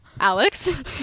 Alex